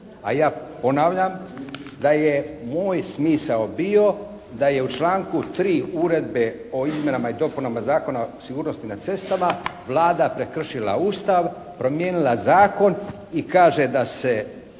a ja ponavljam da je moj smisao bio da je u članku 3. uredbe o izmjenama i dopunama Zakona o sigurnosti na cestama Vlada prekršila Ustav, promijenila zakon i kaže da se